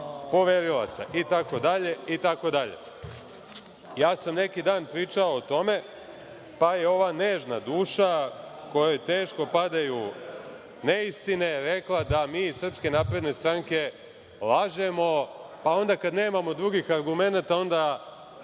poverilaca itd, itd. Ja sam neki dan pričao o tome, pa je ova nežna duša, kojoj teško padaju neistine, rekla da mi iz SNS lažemo, pa onda kada nemamo drugih argumenata